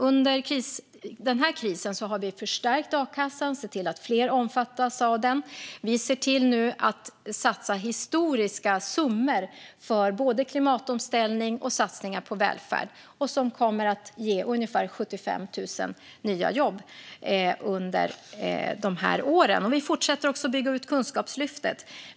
Under denna kris har vi förstärkt a-kassan och sett till att fler omfattas av den. Vi ser nu till att satsa historiska summor för klimatomställning och satsningar på välfärd. Detta kommer att ge ungefär 75 000 nya jobb under de här åren. Vi fortsätter också att bygga ut Kunskapslyftet.